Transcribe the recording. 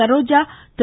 Saroja Thiru